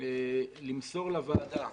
למסור לוועדה